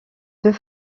deux